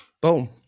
Boom